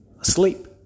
asleep